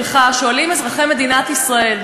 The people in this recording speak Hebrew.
שואלים אזרחי מדינת ישראל,